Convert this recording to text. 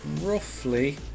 roughly